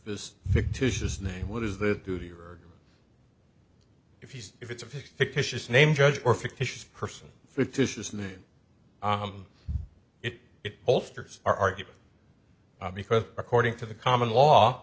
this fictitious name what is the duty or if he's if it's a fictitious name judge or fictitious person fishes in it it bolsters our argument because according to the common law